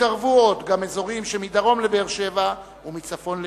יתקרבו עוד גם אזורים שמדרום לבאר-שבע ומצפון ליוקנעם.